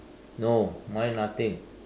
no mine nothing